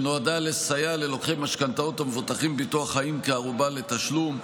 שנועדה לסייע ללוקחי משכנתאות המבוטחים בביטוח חיים כערובה לתשלום.